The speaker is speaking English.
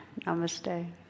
Namaste